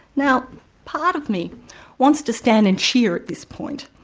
now part of me wants to stand and cheer at this point.